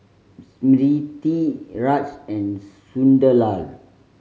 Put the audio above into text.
Smriti Raj and Sunderlal